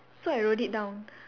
so I wrote it down